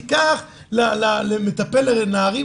תיקח מטפל לנערים.